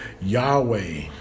Yahweh